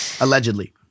Allegedly